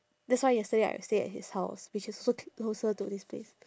that's why yesterday I stay at his house which is also c~ closer to this place